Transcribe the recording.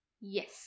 Yes